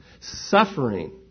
suffering